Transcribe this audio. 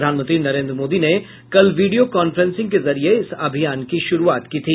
प्रधानमंत्री नरेन्द्र मोदी ने कल वीडियो कांफ्रेंसिंग के जरिये इस अभियान की शुरूआत की थी